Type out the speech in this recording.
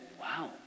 Wow